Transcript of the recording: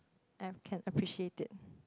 I can appreciate it